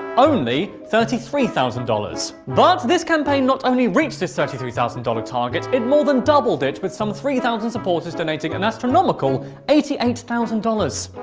only thirty three thousand dollars. buuut but this campaign not only reached this thirty three thousand dollars target it more than doubled it with some three thousand supporters donating an astronomical eighty eight thousand dollars.